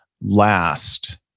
last